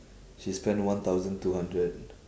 she spend one thousand two hundred